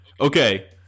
Okay